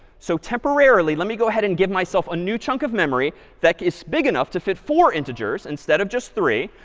so temporarily, let me go ahead and give myself a new chunk of memory that is big enough to fit four integers instead of just three.